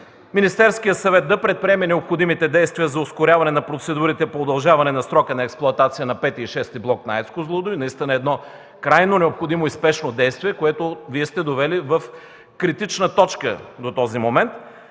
Министерският съвет да предприеме необходимите действия за ускоряване на процедурите по удължаване на срока на експлоатация на V и VІ блок на АЕЦ „Козлодуй”, наистина едно крайно необходимо и спешно действие, което Вие сте довели в критична точка до този момент,